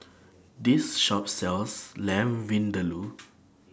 This Shop sells Lamb Vindaloo